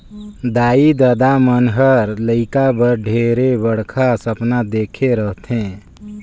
दाई ददा मन हर लेइका बर ढेरे बड़खा सपना देखे रथें